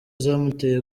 zamuteye